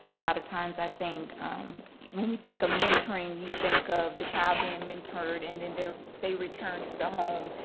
a lot of times i think when we think of mentoring, you think of the child being mentored and then they return to the home,